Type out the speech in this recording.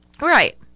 Right